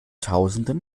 tausenden